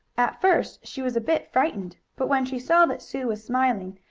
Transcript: at first she was a bit frightened, but when she saw that sue was smiling,